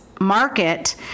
market